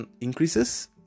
increases